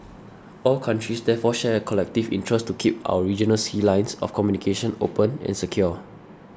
all countries therefore share a collective interest to keep our regional sea lines of communication open and secure